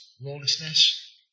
Lawlessness